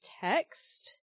text